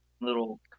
little